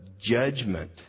judgment